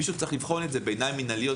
מישהו צריך לבחון את זה בעיניים מינהליות,